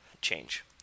change